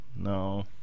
no